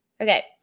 Okay